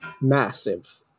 massive